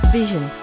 Vision